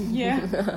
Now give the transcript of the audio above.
ya